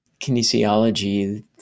kinesiology